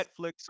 Netflix